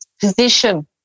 position